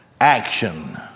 action